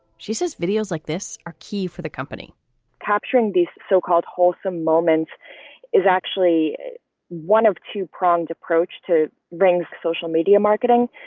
she says videos like this are key for the company capturing these so-called wholesome moments is actually one of two pronged approach to bring social media marketing.